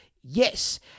Yes